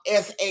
SA